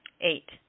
Eight